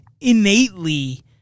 innately